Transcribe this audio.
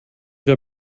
wir